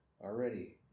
already